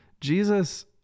Jesus